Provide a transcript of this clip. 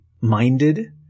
minded